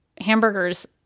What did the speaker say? hamburgers